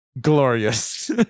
glorious